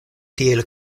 tiel